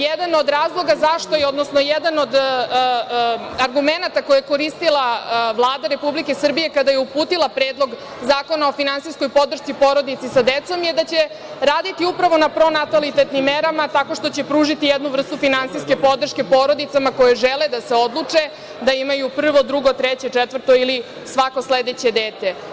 Jedan od razloga, odnosno jedan od argumenata koje je koristila Vlada Republike Srbije kada je uputila Predlog zakona o finansijskoj podršci porodici sa decom je da će raditi upravo na pronatalitetnim merama tako što će pružiti jednu vrstu finansijske podrške porodicama koje žele da se odluče da imaju prvo, drugo, treće, četvrto ili svako sledeće dete.